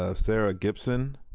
ah sarah gibson,